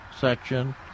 section